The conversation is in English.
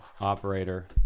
operator